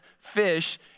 fish